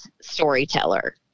storyteller